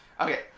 Okay